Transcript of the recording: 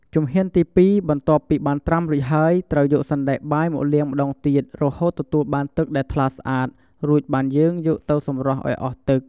ជំហានទីពីរ បន្ទាប់ពីបានត្រាំរួចហើយ ត្រូវយកសណ្ដែកបាយមកលាងម្ដងទៀតរហូតទទួលបានទឹកដែលថ្លាស្អាត រួចបានយើងត្រូវសម្រោះឱ្យអស់ទឹក។